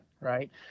right